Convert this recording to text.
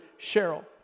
Cheryl